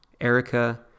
Erica